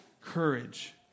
courage